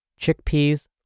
chickpeas